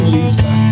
Lisa